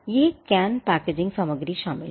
यह can packaging सामग्री शामिल है